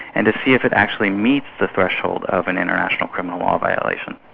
and to see if it actually meets the threshold of an international criminal law violation.